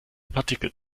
partikel